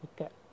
okay